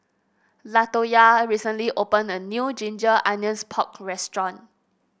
Latoyia recently opened a new Ginger Onions Pork restaurant